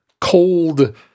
cold